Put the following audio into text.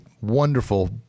wonderful